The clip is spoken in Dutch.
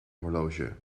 horloge